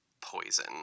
poison